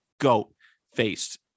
Goat-faced